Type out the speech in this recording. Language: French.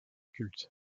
culte